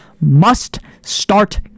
must-start